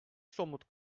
somut